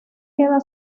queda